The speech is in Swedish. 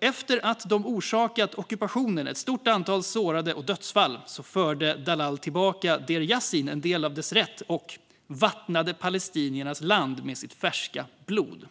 Efter att de orsakat ockupationen ett stort antal sårade och dödsfall förde Dalal tillbaka Deir Yassin en del av dess rätt och vattnade palestiniernas land med sitt färska blod.